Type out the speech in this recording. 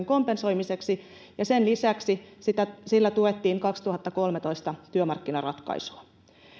kompensoimiseksi ja sen lisäksi sillä tuettiin vuoden kaksituhattakolmetoista työmarkkinaratkaisua